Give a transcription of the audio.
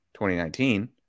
2019